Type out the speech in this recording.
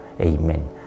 Amen